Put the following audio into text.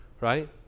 right